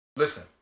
Listen